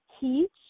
teach